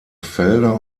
felder